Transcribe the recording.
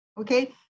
Okay